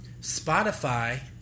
Spotify